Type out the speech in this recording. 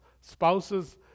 spouses